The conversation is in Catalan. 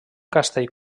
castell